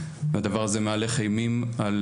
והדבר הזה מהלך אימים על